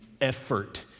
effort